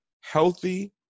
healthy